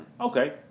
Okay